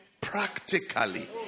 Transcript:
practically